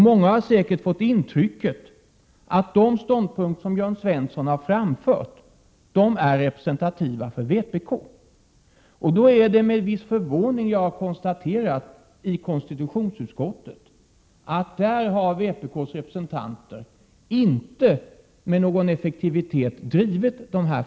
Många har säkert fått mordet på statsminister intrycket att de ståndpunkter som Jörn Svensson har framfört är representa Olof Palme tiva för vpk. Det är därför med viss förvåning som jag har konstaterat att vpk:s representanter i KU inte med någon effektivitet har drivit dessa frågor.